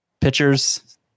pitchers